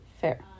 Fair